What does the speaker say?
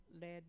led